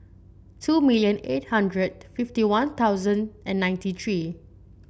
two million eight hundred fifty One Thousand and ninety three